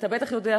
ואתה בטח יודע,